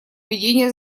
ведения